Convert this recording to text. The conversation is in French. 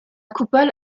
coupole